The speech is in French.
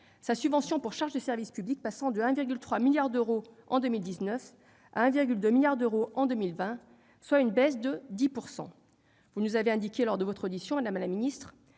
la subvention pour charges de service public passant de 1,3 milliard d'euros en 2019 à 1,2 milliard d'euros en 2020, soit une baisse de 10 %. Lors de votre audition, madame la ministre,